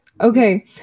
Okay